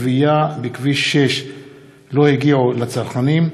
הכנסת יעל גרמן ואוסאמה סעדי: עודפי גבייה בכביש 6 לא הגיעו לצרכנים.